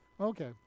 Okay